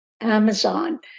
Amazon